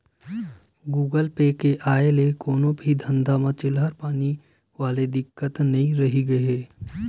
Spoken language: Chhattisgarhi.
गुगल पे के आय ले कोनो भी धंधा म चिल्हर पानी वाले दिक्कत नइ रहिगे हे